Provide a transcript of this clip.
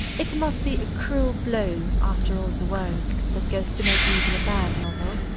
it must be a cruel blow, after all the work that goes to make even a bad novel,